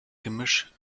gemisch